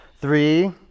Three